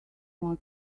more